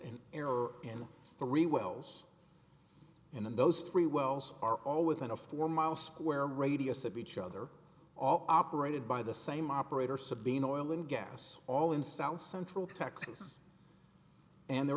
an error in the three wells in those three wells are all within a four mile square radius of each other all operated by the same operator sabine oil and gas all in south central texas and there